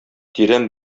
тирән